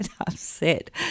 upset